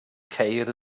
ceir